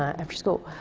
after school.